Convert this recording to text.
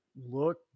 look